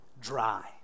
dry